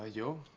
you.